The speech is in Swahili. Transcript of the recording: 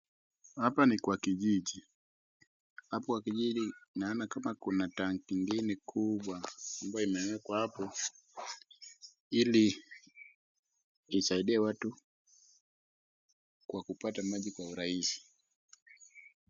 Hapa ni kwa kijiji. Hapo kwa kijiji naona kama kuna tangi ingine kubwa ambayo imeekwa hapo ili isaidia watu kwa kupata maji kwa urahisi.